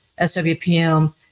SWPM